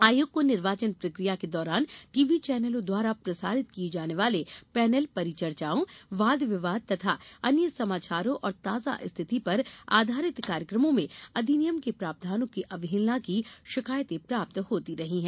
आयोग को निर्वाचन प्रक्रिया के दौरान टीव्ही चैनलों द्वारा प्रसारित किये जाने वाले पैनल परिचर्चाओं वाद विवाद तथा अन्य समाचारों और ताजा स्थिति पर आधारित कार्यक्रमों में अधिनियम के प्रावधानों की अवहेलना की शिकायतें प्राप्त होती रही हैं